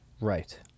Right